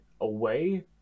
away